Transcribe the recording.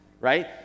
right